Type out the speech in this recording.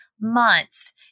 months